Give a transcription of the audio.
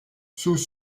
sous